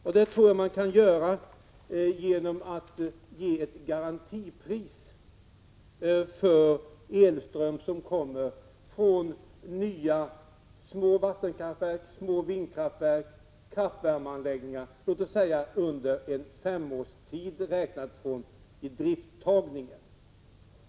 Jag tror att man kan göra det genom att sätta ett garantipris på elström som kommer från nya små vattenkraftverk, små vindkraftverk och kraftvärmeanläggningar, t.ex. i fem år räknat från idrifttagningen.